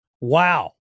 Wow